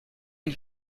une